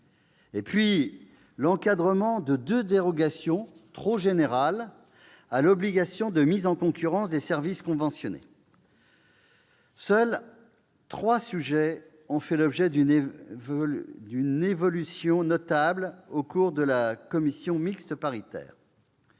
; l'encadrement de deux dérogations trop générales à l'obligation de mise en concurrence des services conventionnés. Seuls trois sujets ont fait l'objet d'une évolution notable en commission mixte paritaire.